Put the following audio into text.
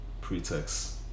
pretext